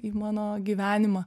į mano gyvenimą